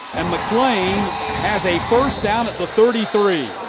and mcclain has a first down at the thirty three.